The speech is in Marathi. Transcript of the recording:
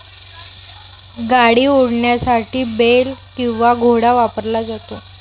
गाडी ओढण्यासाठी बेल किंवा घोडा वापरला जातो